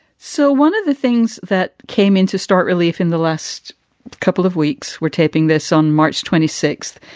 so one of the things that came into stark relief in the last couple of weeks we're taping this on march twenty six,